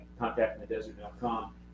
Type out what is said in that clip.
contactinthedesert.com